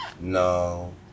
No